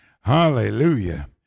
Hallelujah